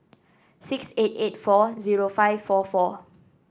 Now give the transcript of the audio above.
six eight eight four zero five four four